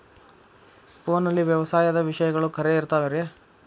ಫೋನಲ್ಲಿ ವ್ಯವಸಾಯದ ವಿಷಯಗಳು ಖರೇ ಇರತಾವ್ ರೇ?